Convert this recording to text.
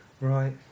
Right